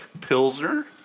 Pilsner